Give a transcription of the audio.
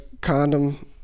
condom